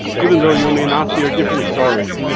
even though you may not hear different stories,